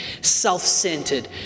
self-centered